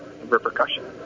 repercussions